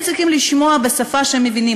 הם צריכים לשמוע בשפה שהם מבינים,